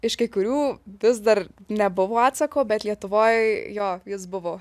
iš kai kurių vis dar nebuvo atsako bet lietuvoj jo jis buvo